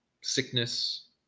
sickness